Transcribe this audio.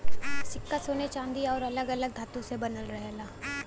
सिक्का सोने चांदी आउर अलग अलग धातु से बनल रहेला